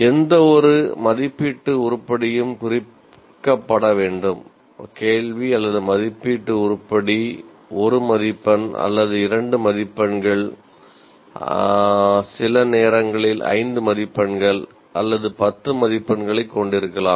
எந்தவொரு மதிப்பீட்டு உருப்படியும் குறிக்கப்பட வேண்டும்